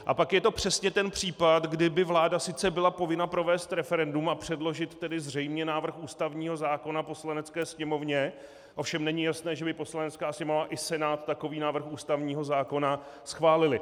A pak je to přesně ten případ, kdy by vláda sice byla povinna provést referendum a předložit tedy zřejmě návrh ústavního zákona Poslanecké sněmovně, ovšem není jasné, že by Poslanecká sněmovna i Senát takový návrh ústavního zákona schválily.